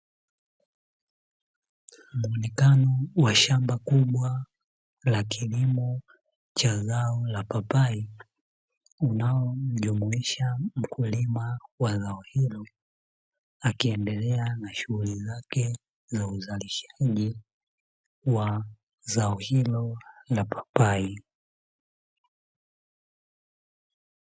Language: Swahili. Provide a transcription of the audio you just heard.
Muonekano wa shamba kubwa la kilimo cha zao la papai, unaomjumuisha mkulima wa eneo hilo, akiendelea na shughuli zake za uzalishaji wa zao hilo la papai.